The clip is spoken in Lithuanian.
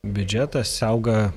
biudžetas auga